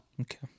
Okay